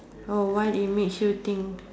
oh why it makes you think